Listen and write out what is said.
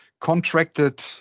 contracted